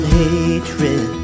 hatred